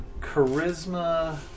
charisma